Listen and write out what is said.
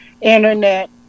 internet